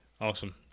awesome